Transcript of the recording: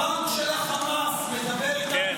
--- הבנק של חמאס מדבר איתנו על --- איזו